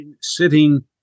sitting